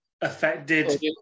affected